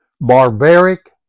barbaric